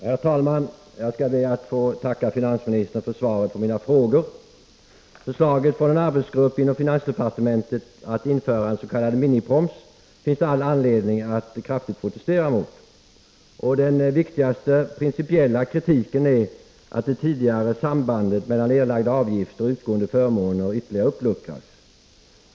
Herr talman! Jag skall be att få tacka finansministern för svaret på mina frågor. Förslaget från en arbetsgrupp inom finansdepartementet att införa en s.k. miniproms finns det all anledning att kraftigt protestera mot. Den viktigaste principiella kritiken är att det tidigare sambandet mellan erlagda avgifter och utgående förmåner ytterligare uppluckras.